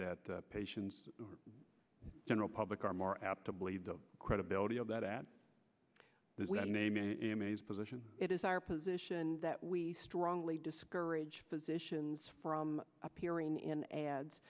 the patient's general public are more apt to believe the credibility of that position it is our position that we strongly discourage physicians from appearing in ads